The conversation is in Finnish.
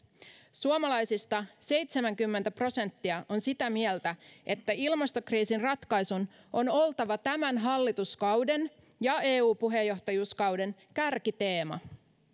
suomalaisista seitsemänkymmentä prosenttia on sitä mieltä että ilmastokriisin ratkaisun on oltava tämän hallituskauden ja eu puheenjohtajuuskauden kärkiteema